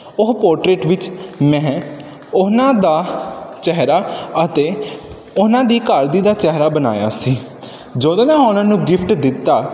ਉਹ ਪੋਟਰੇਟ ਵਿੱਚ ਮੈਂ ਉਹਨਾਂ ਦਾ ਚਿਹਰਾ ਅਤੇ ਉਹਨਾਂ ਦੀ ਘਰਦੀ ਦਾ ਚਿਹਰਾ ਬਣਾਇਆ ਸੀ ਜਦੋਂ ਮੈਂ ਉਹਨਾਂ ਨੂੰ ਗਿਫ਼ਟ ਦਿੱਤਾ